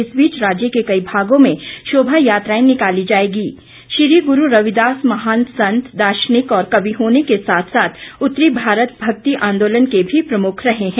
इस बीच राज्य के कई भागों में शोभा यात्राएं निकाली जाएंगी श्री गुरू रविदास महान संत दार्शनिक और कवि होने के साथ साथ उत्तरी भारत भक्ति आंदोलन के भी प्रमुख रहे हैं